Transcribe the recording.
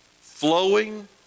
flowing